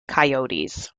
coyotes